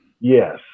yes